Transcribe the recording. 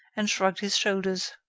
and shrugged his shoulders.